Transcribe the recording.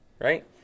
right